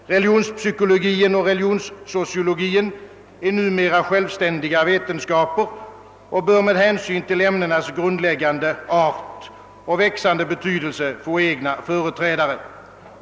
Religionspsykologin och religionssociologin är numera självständiga vetenskaper och bör med: hänsyn till ämnenas grundläggande art och växande betydelse få egna företrädare.